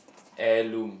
heirloom